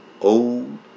old